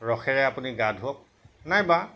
ৰসেৰে আপুনি গা ধোৱক